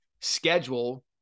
schedule